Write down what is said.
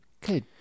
Good